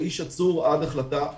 האיש עצור עד החלטה אחרת.